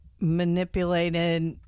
manipulated